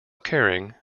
caring